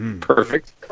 Perfect